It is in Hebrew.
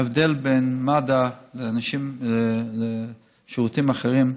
ההבדל בין מד"א לשירותים אחרים,